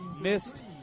missed